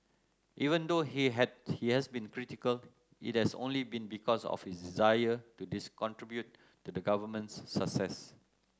even though he has he has been critical it has only been because of his desire to dis contribute to the government's success